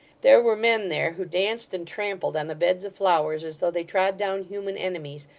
there were men there, who danced and trampled on the beds of flowers as though they trod down human enemies,